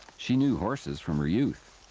she knew horses from her youth,